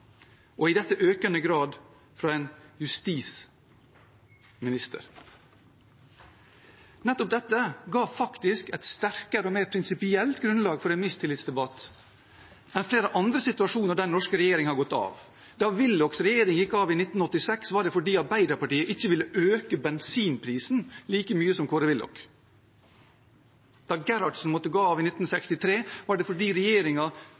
høyrepopulisme, og dette i økende grad fra en justisminister. Nettopp dette ga faktisk et sterkere og mer prinsipielt grunnlag for en mistillitsdebatt enn flere andre situasjoner der norske regjeringer har gått av. Da Willochs regjering gikk av i 1986, var det fordi Arbeiderpartiet ikke ville øke bensinprisen like mye som Kåre Willoch. Da Gerhardsen måtte gå av i 1963, var det fordi